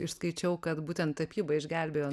išskaičiau kad būtent tapyba išgelbėjo